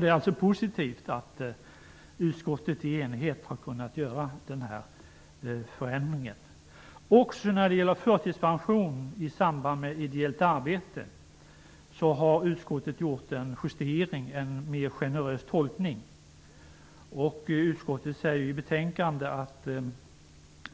Det är positivt att utskottet i enighet har kunnat göra denna förändring. Också när det gäller förtidspension i samband med ideellt arbete har utskottet gjort en justering och en mer generös tolkning. Utskottet säger i betänkandet att